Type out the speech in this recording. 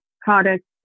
products